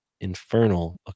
infernal